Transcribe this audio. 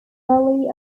valley